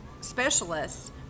specialists